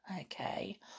okay